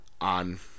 on